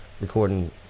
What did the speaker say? recording